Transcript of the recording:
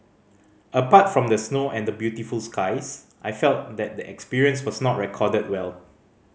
apart from the snow and the beautiful skies I felt that the experience was not recorded well